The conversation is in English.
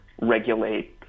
regulate